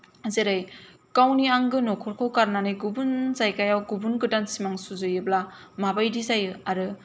जोरै गावनि आंगो न'खरखौ गारनानै गुबुन जायगायाव गुबुन गोदान सिमां सुजुयोब्ला माबायदि जायो आरो